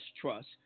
trust